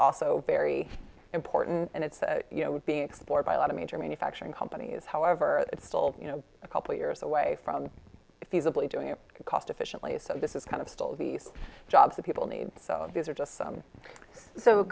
also very important and it's you know being explored by a lot of major manufacturing companies however it's still you know a couple years away from it feasibly doing a cost efficiently so this is kind of still these jobs that people need so these are just some so